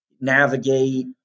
navigate